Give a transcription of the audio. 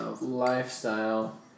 lifestyle